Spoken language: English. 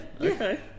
okay